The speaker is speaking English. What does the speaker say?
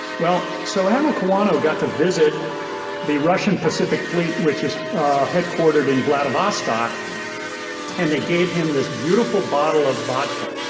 well so admiral kawano got to visit the russian pacific fleet which is headquartered in vladivostok and they gave him this beautiful bottle of vodka.